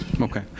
Okay